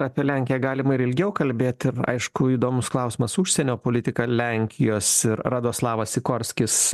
apie lenkiją galima ir ilgiau kalbėti aišku įdomus klausimas užsienio politika lenkijos ir radoslavas sikorskis